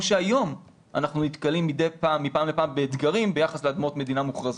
שהיום אנחנו נתקלים מפעם לפעם באתגרים ביחס לאדמות מדינה מוכרזות.